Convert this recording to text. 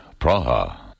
Praha